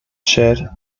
shed